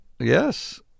Yes